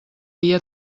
via